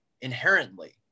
inherently